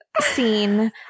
scene